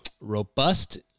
robust